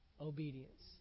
Obedience